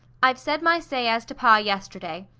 i've said my say as to pa, yesterday.